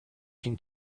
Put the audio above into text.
can